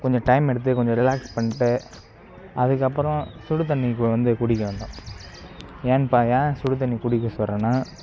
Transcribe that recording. கொஞ்சம் டைம் எடுத்து கொஞ்சம் ரிலாக்ஸ் பண்ணிட்டு அதுக்கப்புறம் சுடு க தண்ணி வந்து கு குடிக்க வேண்டும் ஏன்னெனு ப ஏன் சுடு தண்ணி குடிக்க சொல்கிறேன்னா